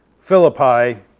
Philippi